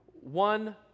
one